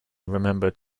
remembered